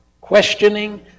Questioning